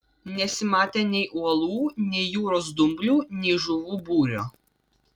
nesimatė nei uolų nei jūros dumblių nei žuvų būrio